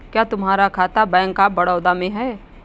क्या तुम्हारा खाता बैंक ऑफ बड़ौदा में है?